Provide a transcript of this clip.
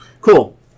Cool